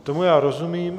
Tomu já rozumím.